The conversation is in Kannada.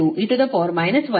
ಇದು ಸಮೀಕರಣ 26